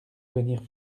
venir